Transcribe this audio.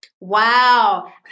wow